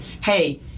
Hey